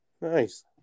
Nice